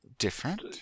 Different